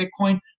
Bitcoin